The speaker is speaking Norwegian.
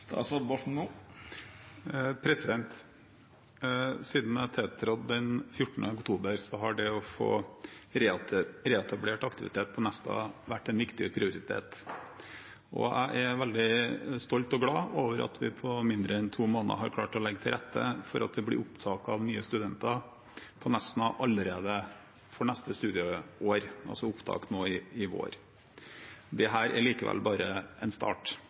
Siden jeg tiltrådte den 14. oktober, har det å få reetablert aktivitet på Nesna vært en viktig prioritet. Jeg er veldig stolt og glad over at vi på mindre enn to måneder har klart å legge til rette for at det blir opptak av nye studenter på Nesna allerede for neste studieår, altså opptak nå i vår. Dette er likevel bare en start.